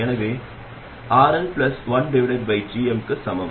எனவே இது RL1gmக்கு சமம்